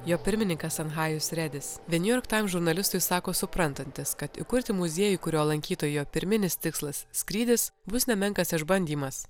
jo pirmininkas anhajus redis the new york times žurnalistui sako suprantantis kad įkurti muziejų kurio lankytojo pirminis tikslas skrydis bus nemenkas išbandymas